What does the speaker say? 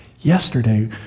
Yesterday